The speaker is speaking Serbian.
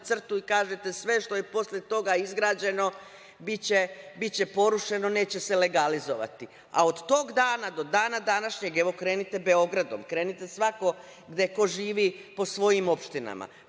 crtu i kažete – sve što je posle toga izgrađeno biće porušeno, neće se legalizovati, a od tog dana do dana današnjeg, evo krenite Beogradom, krenite svako gde ko živi po svojim opštinama,